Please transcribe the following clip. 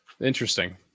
Interesting